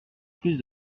plus